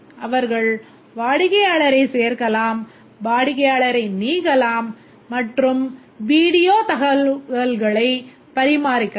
அவர்கள் வாடிக்கையாளரை சேர்க்கலாம் வாடிக்கையாளரை நீக்கலாம் மற்றும் வீடியோ தகவல்களைப் பராமரிக்கலாம்